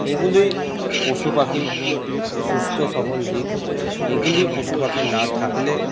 এগুলি পশুপাখির সুস্থ সবল দিক এগুলি পশুপাখির না থাকলে